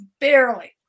barely